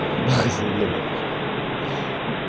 बस बी ले लैओ